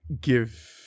give